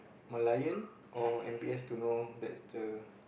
Merlion or m_b_s to know that's the